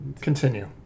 Continue